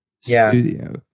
studio